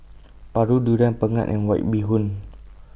Paru Durian Pengat and White Bee Hoon